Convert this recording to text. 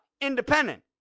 independent